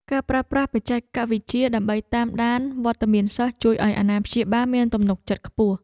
ការប្រើប្រាស់បច្ចេកវិទ្យាដើម្បីតាមដានវត្តមានសិស្សជួយឱ្យអាណាព្យាបាលមានទំនុកចិត្តខ្ពស់។